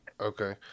okay